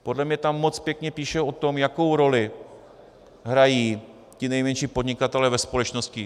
Podle mě tam moc pěkně píšou o tom, jakou roli hrají ti nejmenší podnikatelé ve společnosti.